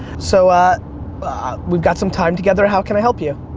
so we've got some time together, how can i help you?